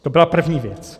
To byla první věc.